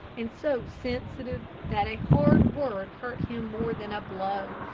and so sensitive that a hard word hurt him more than a blow.